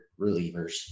relievers